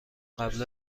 قبل